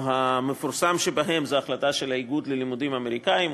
המפורסמת שבהן זו החלטה של האיגוד ללימודים אמריקניים.